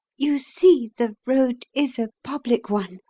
you see, the road is a public one.